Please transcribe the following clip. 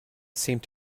seemed